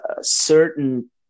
certain